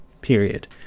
period